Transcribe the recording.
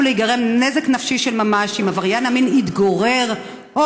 להיגרם נזק נפשי של ממש אם עבריין המין יתגורר או